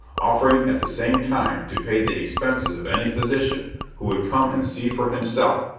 offering at the same time to pay the expenses of any physician who would come and see for himself,